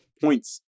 points